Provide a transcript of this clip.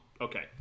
Okay